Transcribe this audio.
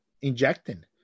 injecting